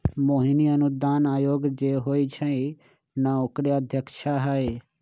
मोहिनी अनुदान आयोग जे होई छई न ओकरे अध्यक्षा हई